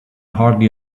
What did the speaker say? hardly